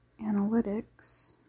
analytics